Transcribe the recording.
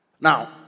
Now